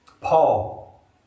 Paul